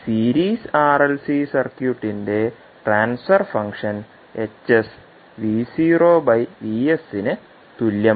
series RLC സർക്യൂട്ടിന്റെ transfer function H VoVs ന് തുല്യമാണ്